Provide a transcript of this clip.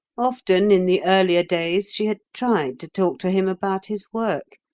often in the earlier days she had tried to talk to him about his work.